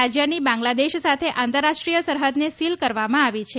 રાજ્યની બાંગ્લાદેસ સાથે આંતરરાષ્ટ્રીય સરહદને સીલ કરવામાં આવી છે